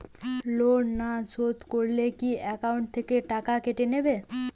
Loan না শোধ করলে কি একাউন্ট থেকে টাকা কেটে নেবে?